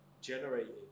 generated